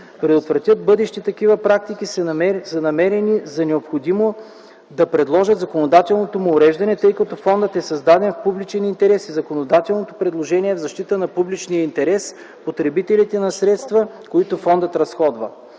предотвратят бъдещи такива практики, са намерили за необходимо да предложат законодателното му уреждане, тъй като Фондът е създаден в публичен интерес и законодателното предложение е в защита на публичния интерес – потребителите на средствата, които Фондът разходва.